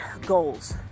goals